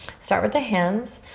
start with the hands.